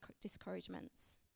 discouragements